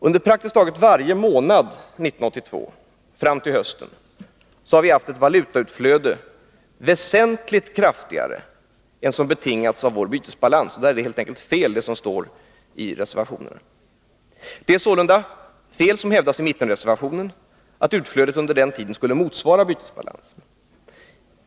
Under praktiskt taget varje månad 1982 fram till hösten har vi haft ett valutautflöde väsentligt kraftigare än som betingats av vår bytesbalans. Det är sålunda helt fel som hävdas i mittenreservationen att utflödet under den tiden skulle motsvara bytesbalansen.